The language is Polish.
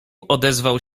odezwał